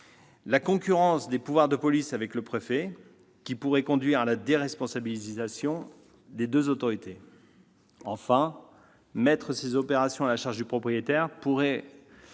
la concurrence des pouvoirs de police avec le préfet, susceptible de conduire à la déresponsabilisation des deux autorités. En outre, mettre ces opérations à la charge du propriétaire pourrait